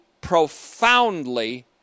profoundly